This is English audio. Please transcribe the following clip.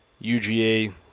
uga